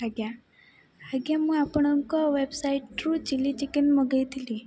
ଆଜ୍ଞା ଆଜ୍ଞା ମୁଁ ଆପଣଙ୍କ ୱେବସାଇଟ୍ରୁ ଚିଲି ଚିକେନ ମଗାଇଥିଲି